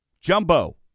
jumbo